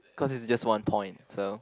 cause it's just one point so